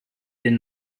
den